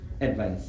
advice